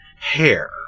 hair